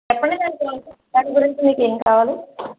చెప్పండి దానికోసం దాని గురించి మీకేం కావాలి